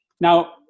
Now